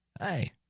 Hey